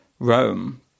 Rome